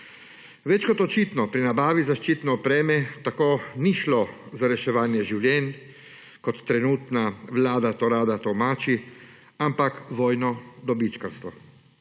Več kot očitno pri nabavi zaščitne opreme tako ni šlo za reševanje življenj, kot trenutna vlada to rada tolmači, ampak vojno dobičkarstvo.